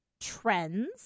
trends